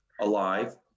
alive